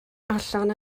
allan